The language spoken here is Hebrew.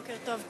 בוקר טוב,